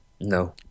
no